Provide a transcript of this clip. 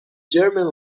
german